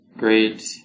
Great